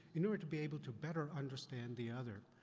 in order to be able to better understand the other.